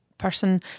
Person